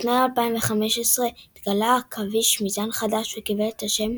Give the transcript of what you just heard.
בשנת 2015 התגלה עכביש מזן חדש וקיבל את השם